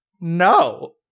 No